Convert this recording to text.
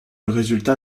résultat